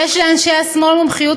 השמאל,